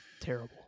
Terrible